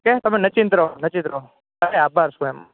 okay તમે નિશ્ચિંત રહો નિશ્ચિંત રહો અરે આભાર શું એમ